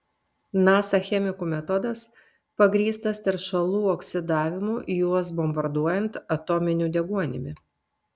nasa chemikų metodas pagrįstas teršalų oksidavimu juos bombarduojant atominiu deguonimi